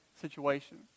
situation